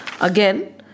Again